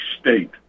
state